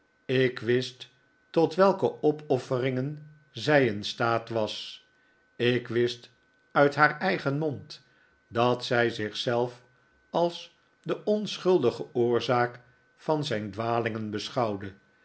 ik wist tot welke opofferingen zij in staat was ik wist uit haar eigen mond dat zij zich zelf als de onschuldige oorzaak van zijn afdwalingen beschouwde